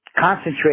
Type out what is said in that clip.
concentrate